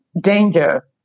danger